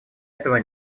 этого